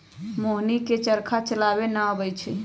मोहिनी के चरखा चलावे न अबई छई